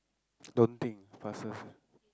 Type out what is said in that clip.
don't think faster say